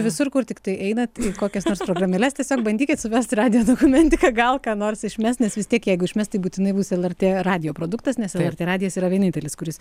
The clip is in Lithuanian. visur kur tiktai einat į kokias nors programėles tiesiog bandykit suvest radijo dokumentika gal ką nors išmes nes vis tiek jeigu išmes tai būtinai bus lrt radijo produktas nes lrt radijas yra vienintelis kuris